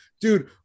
dude